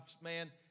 man